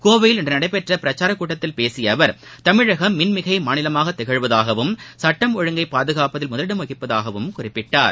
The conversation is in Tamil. கோவையில் இன்று நடைபெற்ற பிரச்சாரக்கூட்டத்தில் பேசிய அவர் தமிழகம் மின்மிகை மாநிலமாக திகழ்வதாகவும் சுட்டம் ஒழுங்கை பாதுகாப்பதில் முதலிடம் வகிப்பதாகவும் குறிப்பிட்டார்